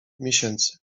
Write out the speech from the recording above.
miesięcy